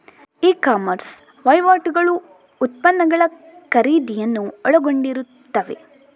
E commerce ವಹಿವಾಟುಗಳು ಉತ್ಪನ್ನಗಳ ಖರೀದಿಯನ್ನು ಒಳಗೊಂಡಿರುತ್ತವೆ